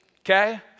okay